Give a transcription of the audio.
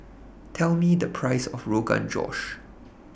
Tell Me The Price of Rogan Josh